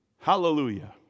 Hallelujah